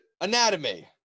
anatomy